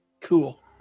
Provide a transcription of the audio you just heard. Cool